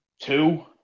Two